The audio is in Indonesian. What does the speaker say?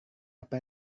apa